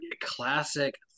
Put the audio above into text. classic